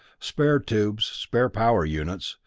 spare tubes, spare power units,